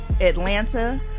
Atlanta